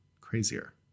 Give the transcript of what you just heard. crazier